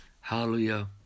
Hallelujah